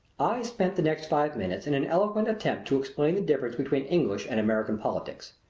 i spent the next five minutes in an eloquent attempt to explain the difference between english and american politics.